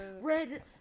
red